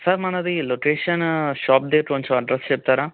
sir మనది location shop డే కొంచెం అడ్రస్ చెప్తారా